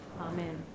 Amen